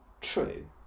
true